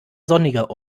sonniger